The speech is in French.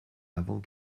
avant